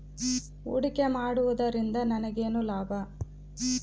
ಹೂಡಿಕೆ ಮಾಡುವುದರಿಂದ ನನಗೇನು ಲಾಭ?